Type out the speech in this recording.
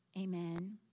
Amen